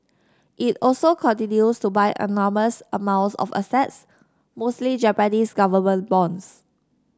it also continues to buy enormous amounts of assets mostly Japanese government bonds